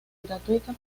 gratuita